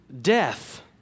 death